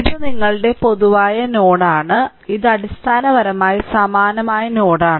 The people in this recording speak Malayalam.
ഇത് നിങ്ങളുടെ പൊതുവായ നോഡാണ് ഇത് അടിസ്ഥാനപരമായി സമാന നോഡാണ്